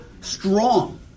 strong